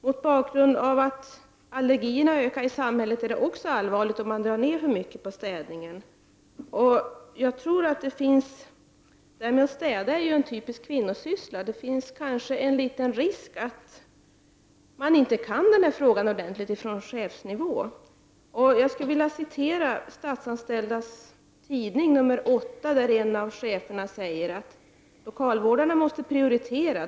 Mot bakgrund av att allergierna ökar i samhället är det också allvarligt om man drar ner för mycket på städningen. Städning är en typisk kvinnosyssla. Det finns en liten risk för att man inte kan den här frågan ordentligt på chefsnivå. I nr 8 för i år av tidningen Statsanställd säger en av cheferna följande: ”Lokalvårdarna måste prioritera.